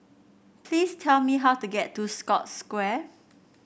please tell me how to get to Scotts Square